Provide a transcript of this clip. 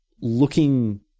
looking